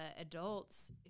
adults